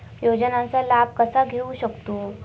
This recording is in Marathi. योजनांचा लाभ कसा घेऊ शकतू?